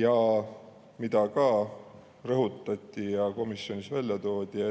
Ja mida ka rõhutati ja komisjonis välja toodi: